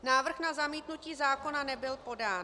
Návrh na zamítnutí zákona nebyl podán.